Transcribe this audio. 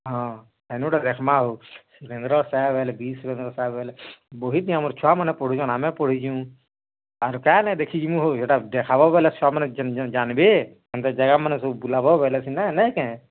ହଁ ହେନୁ ଗୁଟେ ଦେଖ୍ମା ଆଉ ସୁରେନ୍ଦ୍ର ସାଏ ବେଲେ ବୀର୍ ସୁରେନ୍ଦ୍ର ସାଏ ବେଲେ ବହିଥି ଆମର୍ ଛୁଆମାନେ ପଢ଼ୁଛନ୍ ଆମେ ପଢ଼ିଛୁଁ ଆର୍ କାଏଁ ନାଇଁ ଦେଖିଯିମୁ ହୋ ହେଟା ଦେଖାବ ବେଲେ ଛୁଆମାନେ ଜେନ୍ ଜାନ୍ବେ ହେନ୍ତା ଜାଗାମାନେ ସବୁ ବୁଲାବ ବେଲେ ସିନା ନାଇ କାଏଁ